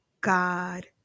God